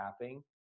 tapping